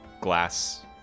glass